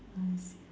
I see